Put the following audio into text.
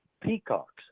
peacocks